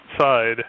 side